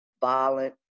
violent